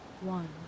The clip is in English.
One